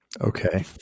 Okay